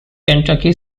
kentucky